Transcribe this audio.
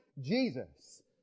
Jesus